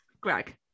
Greg